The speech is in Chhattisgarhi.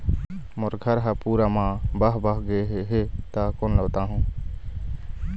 मोर घर हा पूरा मा बह बह गे हे हे ता कोन ला बताहुं?